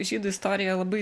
žydų istorija labai